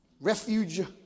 refuge